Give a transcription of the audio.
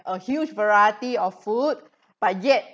a huge variety of food but yet